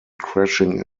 crashing